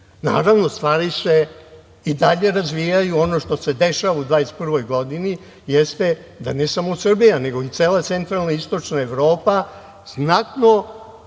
posto. Naravno, stvari se i dalje razvijaju. Ono što se dešava u 2021. godini jeste da ne samo Srbija, nego i cela centralna i istočna Evropa znatno